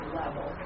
level